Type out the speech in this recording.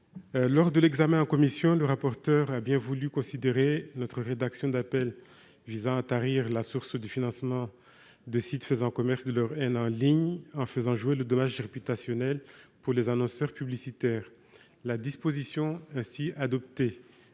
Lors de l'examen en commission, le rapporteur a bien voulu considérer notre rédaction d'appel visant à tarir la source du financement de sites faisant commerce de leur haine en ligne en faisant jouer le dommage réputationnel pour les annonceurs publicitaires. La disposition ainsi adoptée